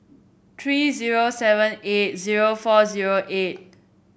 three zero seven eight zero four zero eight